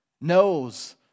knows